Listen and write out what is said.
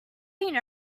been